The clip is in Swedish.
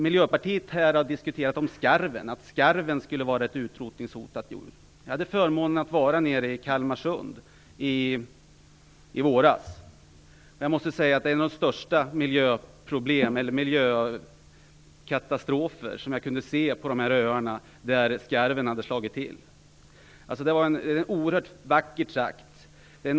Miljöpartiet tog upp frågan om skarven och huruvida den är ett utrotningshotat djur. Jag hade förmånen att få vara i Kalmarsund i våras. Det man kan se på de öar där skarven slagit till är en av de största miljökatastrofer jag har sett. Det är en oerhört vacker trakt.